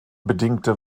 bedingte